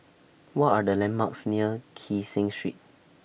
What Are The landmarks near Kee Seng Street